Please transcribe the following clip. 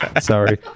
Sorry